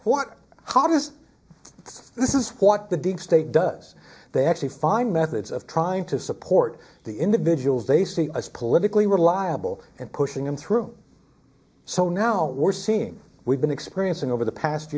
is this is what the deep state does they actually find methods of trying to support the individuals they see as politically reliable and pushing them through so now we're seeing we've been experiencing over the past